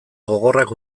gogorrak